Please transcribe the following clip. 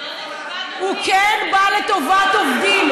הוא כן בא לטובת עובדים,